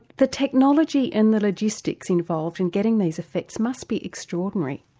the technology and the logistics involved in getting these effects must be extraordinary.